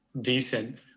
decent